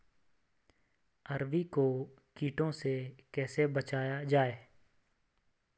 अरबी को कीटों से कैसे बचाया जाए?